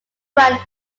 brand